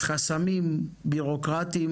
חסמים בירוקרטיים